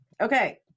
Okay